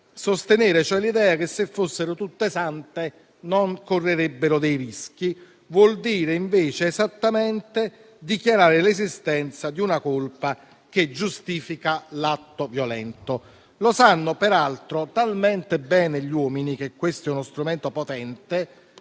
Sostenere l'idea che, se fossero tutte sante, non correrebbero dei rischi, vuol dire proprio dichiarare l'esistenza di una colpa che giustifica l'atto violento. Lo sanno, peraltro, talmente bene gli uomini che questo è uno strumento potente,